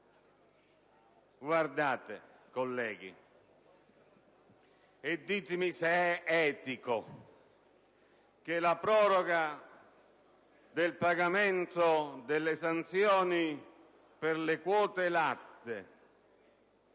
ed etici. Colleghi, ditemi se è etico che la proroga del pagamento delle sanzioni per le quote latte,